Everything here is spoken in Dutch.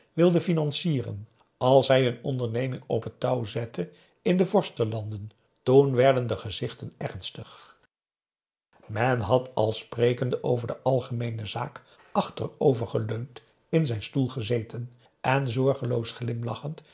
wilde financieeren als hij een onderneming op t touw zette in de vorstenlanden toen werden de gezichten ernstig men had al sprekende over de algemeene zaak achterover geleund in zijn stoel gezeten en zorgeloos glimlachend